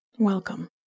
Welcome